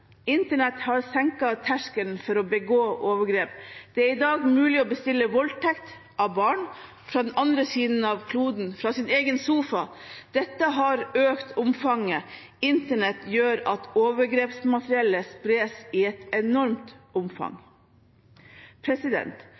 internett. Internett har senket terskelen for å begå overgrep. Det er i dag mulig å bestille voldtekt av barn på den andre siden av kloden, fra sin egen sofa. Dette har økt omfanget. Internett gjør at overgrepsmaterialet spres i et enormt omfang.